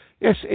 Yes